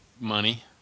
Money